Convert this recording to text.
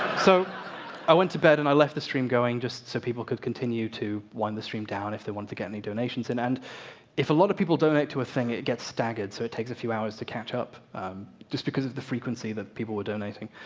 so i went to bed and i left the stream going just so people could continue to wind the stream down if they wanted to get any donations in. and if a lot of people donate to a thing, it gets staggered so it takes a few hours to catch up just because of the frequency that people were donating.